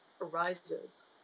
arises